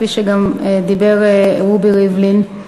כפי שגם אמר רובי ריבלין,